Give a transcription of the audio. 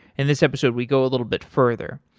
in this episode we go a little bit further.